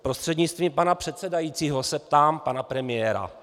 Prostřednictvím pana předsedajícího se ptám pana premiéra.